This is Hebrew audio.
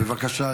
בבקשה,